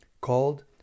called